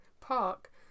park